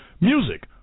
music